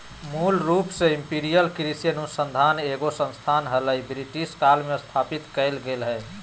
मूल रूप से इंपीरियल कृषि अनुसंधान एगो संस्थान हलई, ब्रिटिश काल मे स्थापित कैल गेलै हल